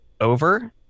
over